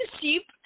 Sheep